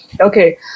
okay